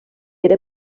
era